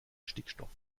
stickstoff